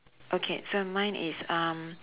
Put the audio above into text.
okay so mine is um